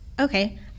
Okay